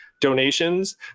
donations